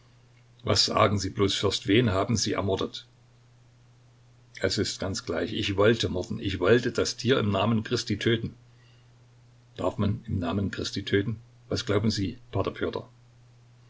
was sagen sie bloß fürst wen haben sie ermordet es ist ganz gleich ich wollte morden ich wollte das tier im namen christi töten darf man im namen christi töten was glauben sie